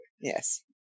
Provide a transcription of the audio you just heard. yes